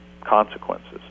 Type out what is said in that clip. consequences